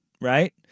right